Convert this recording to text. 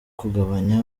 kugabanya